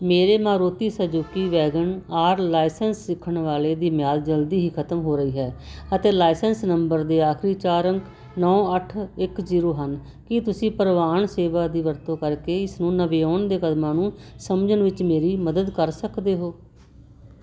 ਮੇਰੇ Maruti Suzuki Wagon R licence ਸਿੱਖਣ ਵਾਲੇ ਦੀ ਮਿਆਦ ਜਲਦੀ ਹੀ ਖਤਮ ਹੋ ਰਹੀ ਹੈ ਅਤੇ ਲਾਇਸੈਂਸ ਨੰਬਰ ਦੇ ਆਖਰੀ ਚਾਰ ਅੰਕ ਨੌਂ ਅੱਠ ਇੱਕ ਜ਼ੀਰੋ ਹਨ ਕੀ ਤੁਸੀਂ ਪਰਿਵਾਹਨ ਸੇਵਾ ਦੀ ਵਰਤੋਂ ਕਰਕੇ ਇਸ ਨੂੰ ਨਵਿਆਉਣ ਦੇ ਕਦਮਾਂ ਨੂੰ ਸਮਝਣ ਵਿੱਚ ਮੇਰੀ ਮਦਦ ਕਰ ਸਕਦੇ ਹੋ